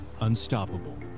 unstoppable